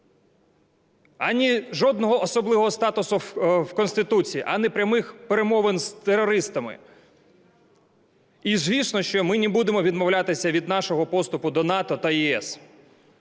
ані жодного особливого статусу в Конституції, ані прямих перемовин з терористами. І звісно, що ми не будемо відмовлятися від нашого поступу до НАТО та ЄС.